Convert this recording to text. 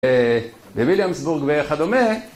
וויליאמסבורג וכדומה.